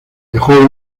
dejó